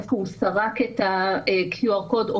איפה אדם ביקר אנחנו לא יודעים איפה סרק את ה-QR CODE או